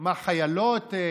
מה, אתה תגיד "חיילות"?